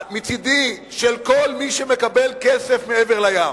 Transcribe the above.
מצדי, של כל מי שמקבל כסף מעבר לים.